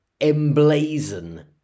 emblazon